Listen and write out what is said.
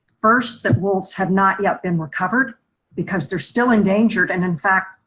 first that wolves have not yet been recovered because they're still endangered and in fact,